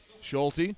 Schulte